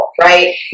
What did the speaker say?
right